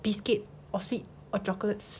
biscuit or sweet or chocolates